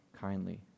kindly